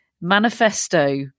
manifesto